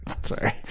Sorry